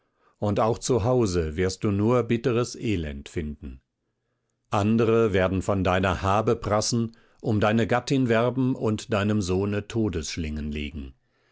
und auch zu hause wirst du nur bitteres elend finden andere werden von deiner habe prassen um deine gattin werben und deinem sohne todesschlingen legen